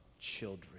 children